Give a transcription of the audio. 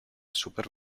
super